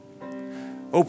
Open